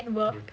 network